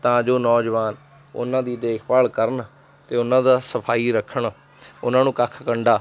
ਤਾਂ ਜੋ ਨੌਜਵਾਨ ਉਹਨਾਂ ਦੀ ਦੇਖਭਾਲ ਕਰਨ ਅਤੇ ਉਹਨਾਂ ਦਾ ਸਫਾਈ ਰੱਖਣ ਉਹਨਾਂ ਨੂੰ ਕੱਖ ਕੰਡਾ